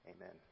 Amen